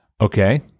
Okay